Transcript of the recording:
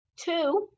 Two